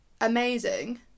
amazing